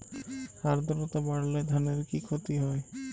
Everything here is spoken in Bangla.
আদ্রর্তা বাড়লে ধানের কি ক্ষতি হয়?